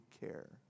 care